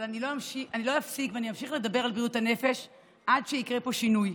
אבל אני לא אפסיק ואני אמשיך לדבר על בריאות הנפש עד שיקרה פה שינוי.